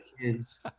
kids